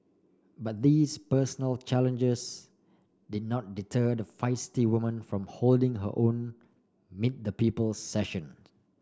but these personal challenges did not deter the feisty woman from holding her own meet the people sessions